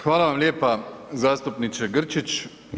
Hvala vam lijepa zastupniče Grčić.